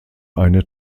eine